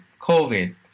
COVID